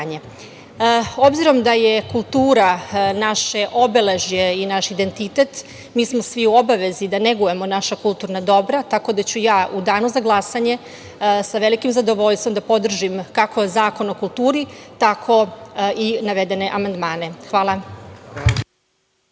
banje. Obzirom da je kultura naše obeležje i naš identitet mi smo svi u obavezi da negujemo naša kulturna dobra, tako da ću ja u danu za glasanje sa velikim zadovoljstvom da podržim kako Zakon o kulturi tako i navedene amandmane. Hvala.